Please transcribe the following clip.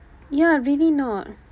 ya really not